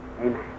Amen